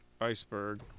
Iceberg